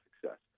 success